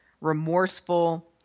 remorseful